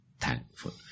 thankful